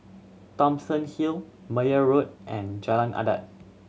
Thomson Hill Meyer Road and Jalan Adat